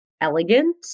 elegant